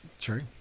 True